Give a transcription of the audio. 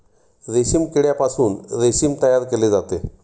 रेशीम किड्यापासून रेशीम तयार केले जाते